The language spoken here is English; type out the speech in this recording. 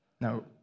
Now